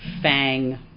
fang